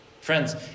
Friends